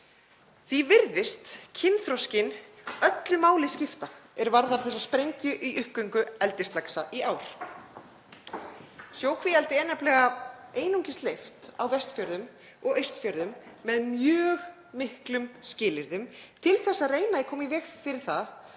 Því virðist kynþroskinn öllu máli skipta er varðar þessa sprengju í uppgöngu eldislaxa í ár. Sjókvíaeldi er nefnilega einungis leyft á Vestfjörðum og Austfjörðum með mjög miklum skilyrðum til þess að reyna að koma í veg fyrir að